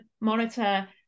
monitor